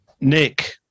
Nick